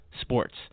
sports